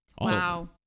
Wow